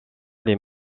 les